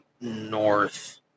north